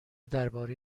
درباره